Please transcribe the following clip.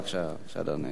בבקשה, אדוני.